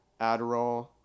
adderall